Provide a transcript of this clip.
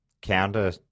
counter